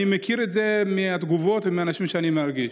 אני מכיר את זה מהתגובות ומאנשים שאני מכיר.